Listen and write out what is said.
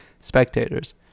spectators